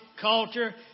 culture